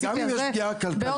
וגם אם יש פגיעה כלכלית,